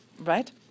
right